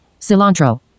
Cilantro